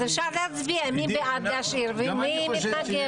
אז אפשר להצביע מי בעד להשאיר ומי מתנגד.